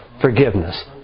forgiveness